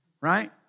right